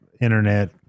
internet